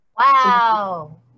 Wow